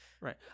Right